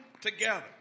together